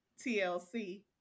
TLC